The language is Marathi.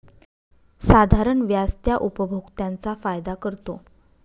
साधारण व्याज त्या उपभोक्त्यांचा फायदा करतो